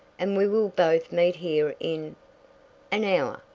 and we will both meet here in an hour,